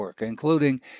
including